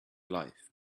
life